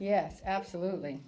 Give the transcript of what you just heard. yes absolutely